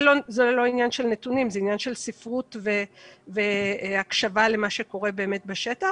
זה לא עניין של נתונים זה עניין של ספרות והקשבה למה שקורה באמת בשטח,